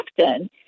often